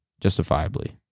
justifiably